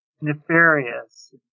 nefarious